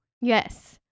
Yes